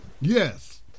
Yes